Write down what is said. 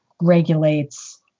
regulates